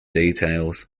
details